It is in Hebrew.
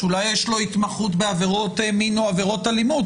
שאולי יש לו התמחות בעבירות מין או בעבירות אלימות,